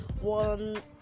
one